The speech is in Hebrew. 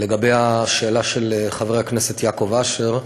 לגבי השאלה של חבר הכנסת יעקב אשר,